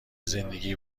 زندگی